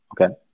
Okay